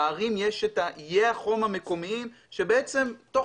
בערים יש איי החום המקומיים שבעצם תוך